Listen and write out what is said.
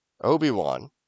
Obi-Wan